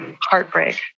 heartbreak